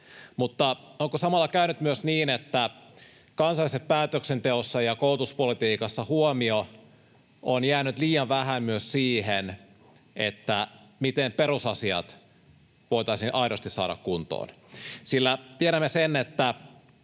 Mutta onko samalla käynyt myös niin, että kansallisessa päätöksenteossa ja koulutuspolitiikassa huomiota on jäänyt liian vähän myös siihen, miten perusasiat voitaisiin aidosti saada kuntoon? Sillä tiedämme sen —